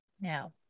Now